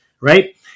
right